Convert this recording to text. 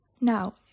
Now